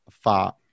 Fa